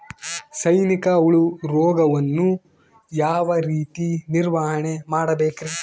ಸೈನಿಕ ಹುಳು ರೋಗವನ್ನು ಯಾವ ರೇತಿ ನಿರ್ವಹಣೆ ಮಾಡಬೇಕ್ರಿ?